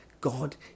God